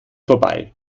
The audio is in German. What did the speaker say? vorbei